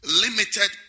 limited